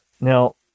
Now